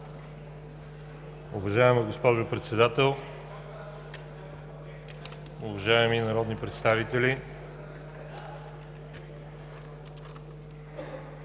Уважаема госпожо Председател, уважаеми народни представители!